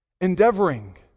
endeavoring